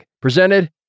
presented